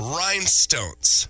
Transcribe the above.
Rhinestones